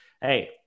hey